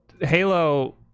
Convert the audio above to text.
Halo